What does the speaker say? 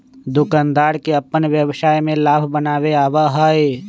दुकानदार के अपन व्यवसाय में लाभ बनावे आवा हई